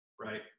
right